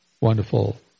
wonderful